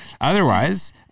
otherwise